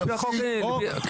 על פי חוק.